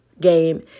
game